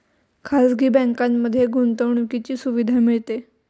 खाजगी बँकांमध्ये गुंतवणुकीची सुविधा मिळते